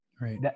Right